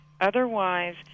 Otherwise